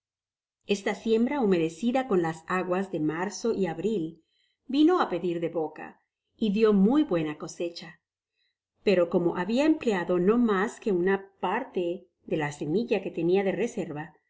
esta siembra humedecida con las aguas de marzo y abril vino á pedir de boca y dió muy buena cosecha pero como habia empleado no mas que una parte de la semilla que tenia de reserva